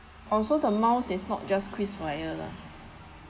also the miles is not just krisflyer lah